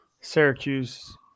Syracuse